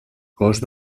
cost